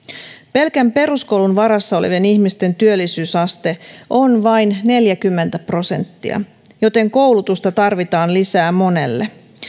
pelkän peruskoulun varassa olevien ihmisten työllisyysaste on vain neljäkymmentä prosenttia joten koulutusta tarvitaan lisää monelle